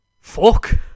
fuck